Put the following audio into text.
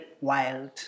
wild